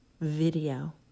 video